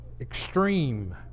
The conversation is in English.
extreme